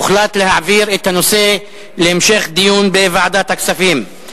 הוחלט להעביר את הנושא להמשך דיון בוועדת הכספים.